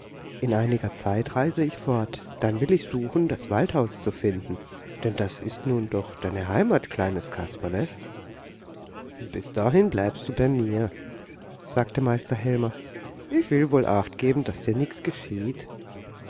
in einiger zeit reise ich fort dann will ich suchen das waldhaus zu finden denn das ist nun doch deine heimat kleines kasperle und bis dahin bleibst du bei mir sagte meister helmer ich will wohl achtgeben daß dir nichts geschieht